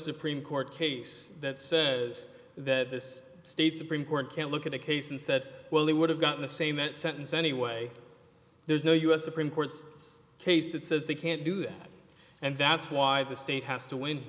supreme court case that says that this state supreme court can't look at a case and said well he would have gotten the same that sentence anyway there's no u s supreme court's case that says they can't do that and that's why the state has to win